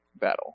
battle